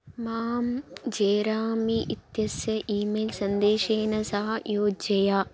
मां जेरामी इत्यस्य email सन्देशेन सह योजय